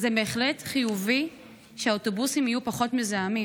זה בהחלט חיובי שהאוטובוסים יהיו פחות מזהמים,